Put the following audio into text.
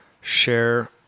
share